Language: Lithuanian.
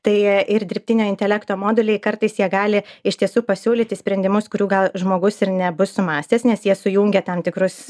tai ir dirbtinio intelekto modeliai kartais jie gali iš tiesų pasiūlyti sprendimus kurių gal žmogus ir nebus sumąstęs nes jie sujungia tam tikrus